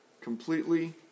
Completely